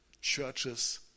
churches